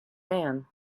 man